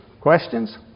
Questions